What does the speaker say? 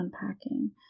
unpacking